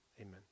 amen